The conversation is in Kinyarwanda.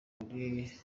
muri